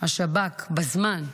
השב"כ בזמן,